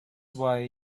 why